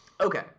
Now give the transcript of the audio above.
Okay